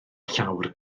llawr